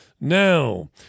Now